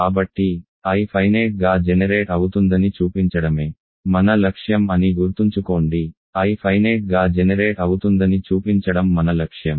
కాబట్టి I finite గా generate అవుతుందని చూపించడమే మన లక్ష్యం అని గుర్తుంచుకోండి I ఫైనేట్ గా జెనెరేట్ అవుతుందని చూపించడం మన లక్ష్యం